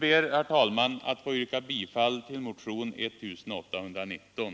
Herr talman! Jag ber att få yrka bifall till motionen 1819.